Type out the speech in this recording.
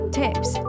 tips